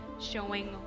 Showing